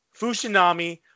Fushinami